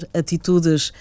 atitudes